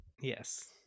Yes